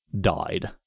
died